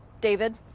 David